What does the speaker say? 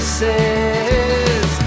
says